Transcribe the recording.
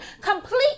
complete